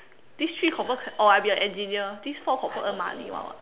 this three confirm or I be an engineer this four confirm earn money [one] [what]